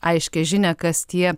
aiškią žinią kas tie